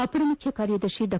ಅಪರ ಮುಖ್ಯ ಕಾರ್ಯದರ್ತಿ ಡಾ